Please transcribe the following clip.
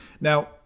Now